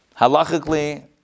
Halachically